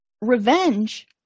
Revenge